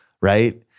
right